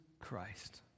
Christ